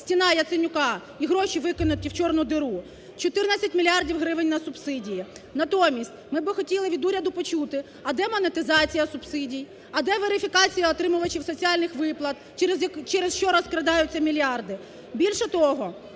"стіна Яценюка" і гроші викинуті в чорну діру. 14 мільярдів гривень – на субсидії. Натомість, ми би хотіли від уряду почути, а де монетизація субсидій, а де верифікація отримувачів соціальних виплат, через що розкрадаються мільярди. Більше того,